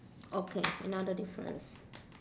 okay another difference